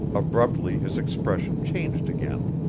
abruptly his expression changed again.